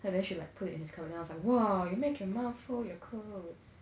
and then she like put it in his cupboard then I was like !wow! you make your mum fold your clothes